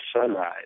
sunrise